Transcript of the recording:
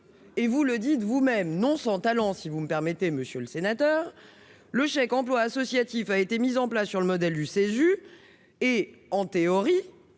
Vous l'écrivez vous-même, non sans talent, si vous me permettez, monsieur le sénateur, « le chèque emploi associatif a été mis en place sur le modèle du Cesu et, en théorie,